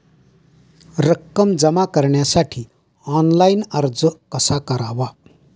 रक्कम जमा करण्यासाठी ऑनलाइन अर्ज कसा करावा?